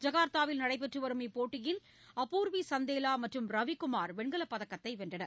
ஜகார்த்தாவில் நடைபெற்றுவரும் இப்போட்டியின் அபூர்விசந்தேலாமற்றும் ரவிக்குமார் வெண்கலப் பதக்கத்தைவென்றனர்